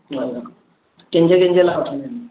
कंहिंजे कंहिंजे लाइ वठणा आहिनि